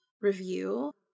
review